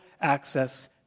access